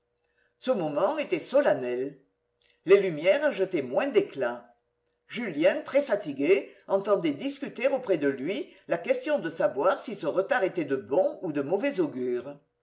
ce moment était solennel les lumières jetaient moins d'éclat julien très fatigué entendait discuter auprès de lui la question de savoir si ce retard était de bon ou de mauvais augure